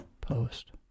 post